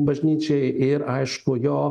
bažnyčiai ir aišku jo